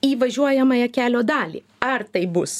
į važiuojamąją kelio dalį ar tai bus